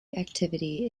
activity